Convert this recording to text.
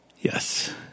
Yes